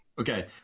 okay